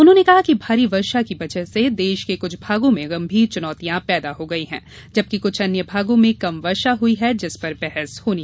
उन्होंने कहा कि भारी वर्षा की वजह से देश के कुछ भागों में गंभीर चुनौतियां पैदा हो गई हैं जबकि कुछ अन्य भागों में कम वर्षा हुई है जिस पर बहस होनी चाहिए